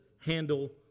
handle